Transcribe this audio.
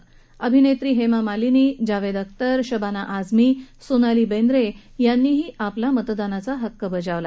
तर अभिनेत्री हेमामालिनी जावेद अख्तर शबाना आझमी सोनाली बेंद्रे यानीही मुंबईत आपला मतदानाचा हक्क बजावला